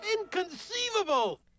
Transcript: Inconceivable